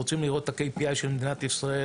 אנחנו רוצים לראות את ה-KPI של מדינת ישראל,